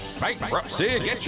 bankruptcy